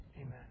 amen